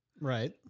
Right